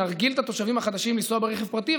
להרגיל את התושבים החדשים לנסוע ברכב פרטי,